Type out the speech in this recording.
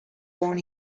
born